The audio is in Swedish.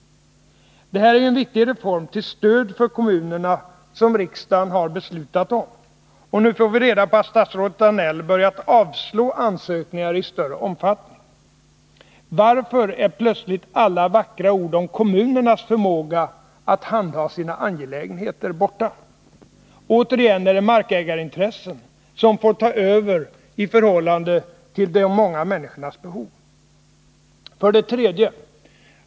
Det här är ju en viktig reform till stöd för kommunerna vilken riksdagen beslutat om. Och nu får vi reda på att statsrådet Danell börjat avslå ansökningar i större omfattning. Varför är plötsligt alla vackra ord om kommunernas förmåga att handha sina angelägenheter borta? Återigen är det markägarintressen som får ta över i förhållande till de många människornas behov. 3.